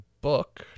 book